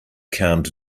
calmed